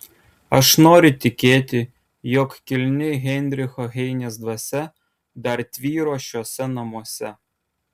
aš noriu tikėti jog kilni heinricho heinės dvasia dar tvyro šiuose namuose